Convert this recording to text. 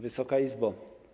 Wysoka Izbo!